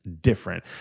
different